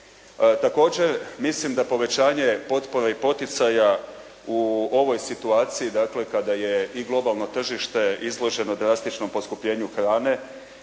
Također, mislim da povećanje potpora i poticaja u ovoj situaciji, dakle kada je i globalno tržište izloženo drastičnom poskupljenju hrane.